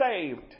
saved